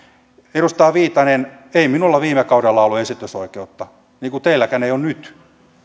edustaja viitanen ei minulla viime kaudella ollut esitysoikeutta niin kuin teilläkään ei ole nyt